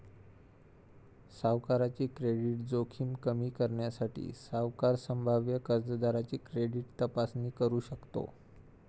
सावकाराची क्रेडिट जोखीम कमी करण्यासाठी, सावकार संभाव्य कर्जदाराची क्रेडिट तपासणी करू शकतो